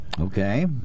Okay